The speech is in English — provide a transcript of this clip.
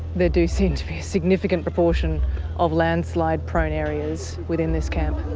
there do seem to be a significant proportion of landslide prone areas within this camp